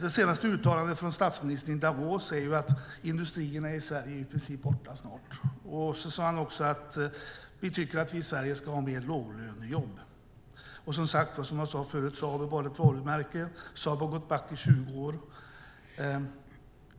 Det senaste uttalandet från statsministern i Davos var att industrierna i Sverige i princip snart är borta. Han sade också: Vi tycker att vi i Sverige ska ha mer låglönejobb. Som jag sade förut har vi bara ett varumärke. Saab har gått back i 20 år.